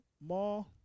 more